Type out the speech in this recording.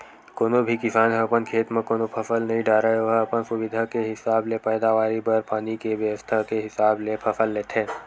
कोनो भी किसान ह अपन खेत म कोनो फसल नइ डारय ओहा अपन सुबिधा के हिसाब ले पैदावारी बर पानी के बेवस्था के हिसाब ले फसल लेथे